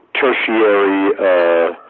tertiary